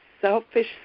selfish